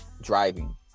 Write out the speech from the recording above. Driving